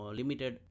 limited